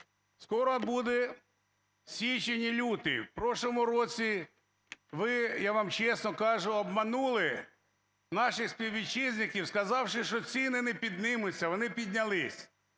скоро буде січень і лютий. В прошлому році ви, я вам чесно кажу, обманули наших співвітчизників, сказавши, що ціни не піднімуться, а вони піднялись.